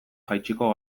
jaitsiko